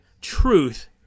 truth